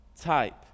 type